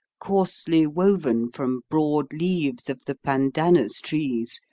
coarsely woven from broad leaves of the pandanus trees,